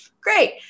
great